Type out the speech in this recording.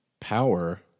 power